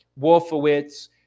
Wolfowitz